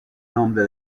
nombre